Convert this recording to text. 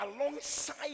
alongside